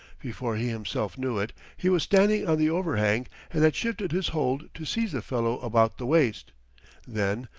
before he himself knew it he was standing on the overhang and had shifted his hold to seize the fellow about the waist then,